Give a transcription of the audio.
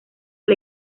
del